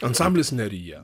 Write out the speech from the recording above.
ansamblis nerija